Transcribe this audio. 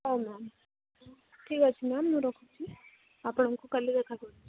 ହଁ ମ୍ୟାମ୍ ଠିକ୍ ଅଛି ମ୍ୟାମ୍ ମୁଁ ରଖୁଛି ଆପଣଙ୍କୁ କାଲି ଦେଖା କରୁଛି